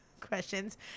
questions